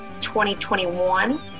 2021